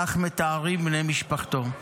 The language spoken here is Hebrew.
כך מתארים בני משפחתו.